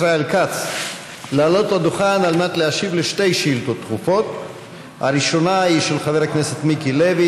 ישיבה שס"ח הישיבה השלוש-מאות-ושישים-ושמונה של הכנסת העשרים יום רביעי,